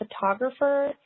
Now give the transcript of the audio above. photographer